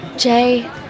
Jay